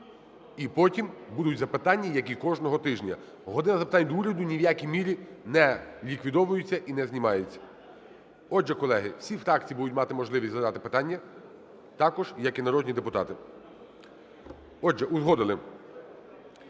і потім будуть запитання, як і кожного тижня. "Година запитань до Уряду" ні в якій мірі не ліквідовується і не знімається. Отже колеги, всі фракції будуть мати можливість задати питання також, як і народні депутати. Отже, узгодили.